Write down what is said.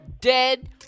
dead